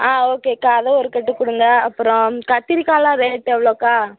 ஆ ஓகேக்கா அதை ஒரு கட்டு கொடுங்க அப்புறோம் கத்திரிக்காயெலாம் ரேட்டு எவ்வளோக்கா